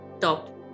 top